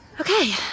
Okay